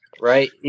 Right